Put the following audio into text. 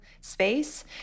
space